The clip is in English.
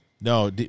no